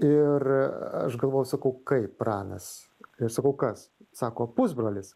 ir aš galvoju sakau kaip pranas ir sakau kas sako pusbrolis